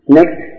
Next